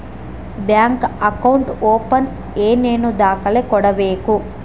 Bank account open ಏನೇನು ದಾಖಲೆ ಕೊಡಬೇಕು?